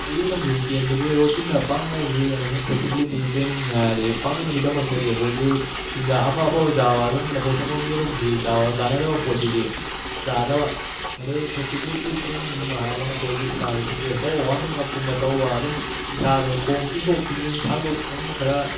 ꯑꯩꯒꯤ ꯂꯝꯖꯦꯟ ꯆꯦꯟꯕꯒꯤ ꯔꯣꯇꯤꯟꯅ ꯄꯥꯡꯒꯜꯒꯤ ꯑꯃꯁꯨꯡ ꯐ꯭ꯂꯦꯛꯁꯤꯕꯤꯂꯤꯇꯤ ꯇ꯭ꯔꯦꯅꯤꯡ ꯍꯥꯏꯔꯗꯤ ꯄꯥꯡꯒꯟꯒꯤꯗꯃꯛꯇꯗꯤ ꯑꯩꯈꯣꯏꯒꯤ ꯆꯤꯟꯖꯥꯛ ꯑꯐ ꯑꯐꯕ ꯆꯥꯕ ꯑꯗꯨꯝ ꯂꯐꯣꯏ ꯁꯪꯒꯣꯝ ꯌꯦꯔꯨꯝꯁꯤ ꯆꯥꯕ ꯀꯥꯟꯅꯗꯕ ꯄꯣꯠꯁꯤꯗꯤ ꯆꯥꯗꯕ ꯑꯗꯩ ꯐ꯭ꯂꯦꯛꯁꯤꯕꯤꯂꯤꯇꯤ ꯇ꯭ꯔꯦꯅꯤꯡꯒꯨꯝꯕ ꯍꯥꯏꯔꯒꯅ ꯑꯩꯈꯣꯏꯒꯤ ꯏꯁꯥꯁꯤ ꯏꯁꯇ꯭ꯔꯦꯁ ꯇꯧꯕ ꯋꯥꯔꯃꯤꯡ ꯑꯞ ꯀꯨꯝꯕ ꯇꯧꯕ ꯑꯗꯨꯝ ꯏꯁꯥꯗꯣ ꯈꯣꯡ ꯇꯤꯡꯊꯣꯛ ꯇꯤꯡꯖꯤꯟ ꯁꯥꯡꯗꯣꯛ ꯑꯗꯨꯝ ꯈꯔ